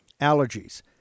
allergies